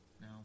No